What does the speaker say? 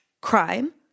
crime